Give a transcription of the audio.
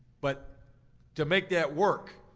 but to make that work,